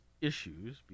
issues